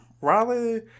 Riley